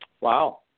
Wow